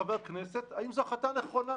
כחבר כנסת, האם זאת החלטה נכונה.